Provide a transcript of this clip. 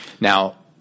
Now